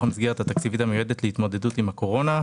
המסגרת התקציבית המיועדת להתמודדות עם הקורונה,